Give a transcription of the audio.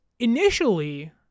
Initially